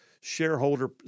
shareholder